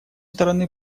стороны